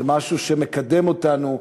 זה משהו שמקדם אותנו,